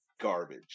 garbage